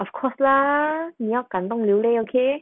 of course lah 你要感动流泪 okay